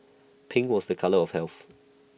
pink was the colour of health